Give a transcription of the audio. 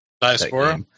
Diaspora